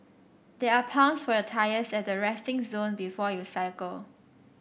there are pumps for your tyres at the resting zone before you cycle